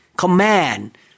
Command